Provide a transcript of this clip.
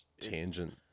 tangent